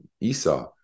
Esau